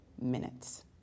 minutes